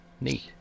neat